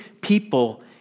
people